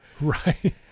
Right